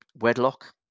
wedlock